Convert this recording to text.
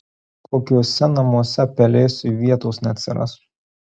kokiuose namuose pelėsiui vietos neatsiras